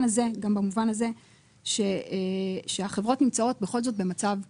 הזה שהחברות בכל זאת נמצאות במצב שונה.